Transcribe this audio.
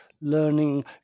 learning